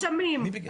הסמים,